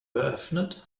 geöffnet